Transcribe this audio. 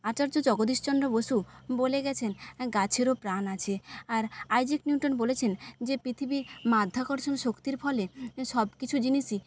আচার্য জগদীশ চন্দ্র বসু বলে গেছেন গাছেরও প্রাণ আছে আর আইজ্যাক নিউটন বলেছেন যে পৃথিবী মাধ্যাকর্ষণ শক্তির ফলে সব কিছু জিনিসই